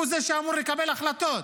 הוא זה שאמור לקבל החלטות.